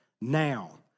Now